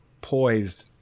poised